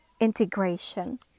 integration